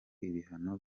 ibihano